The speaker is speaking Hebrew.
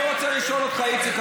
אני רוצה לשאול אותך, איציק.